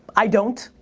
i don't.